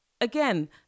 again